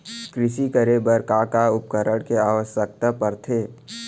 कृषि करे बर का का उपकरण के आवश्यकता परथे?